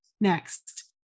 next